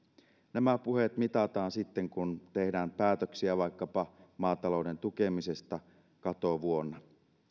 nämä puheet mitataan sitten kun tehdään päätöksiä vaikkapa maatalouden tukemisesta katovuonna